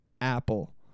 Apple